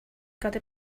gotta